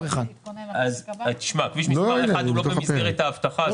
1. כביש מספר 1 הוא לא במסגרת האבטחה.